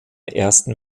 ersten